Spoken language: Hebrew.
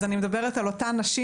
אני מדברת על אותן נשים.